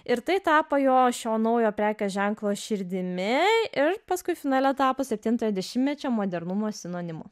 ir tai tapo jo šio naujo prekės ženklo širdimi ir paskui finale tapo septintojo dešimmečio modernumo sinonimu